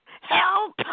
Help